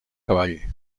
cavall